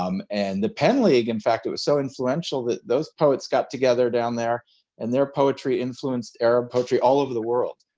um and the pen league in fact it was so influential that those poets got together down there and their poetry influenced arab poetry all over the world,